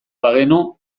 bagenu